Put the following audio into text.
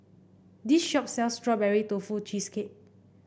this shop sells Strawberry Tofu Cheesecake